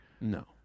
No